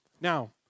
now